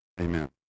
Amen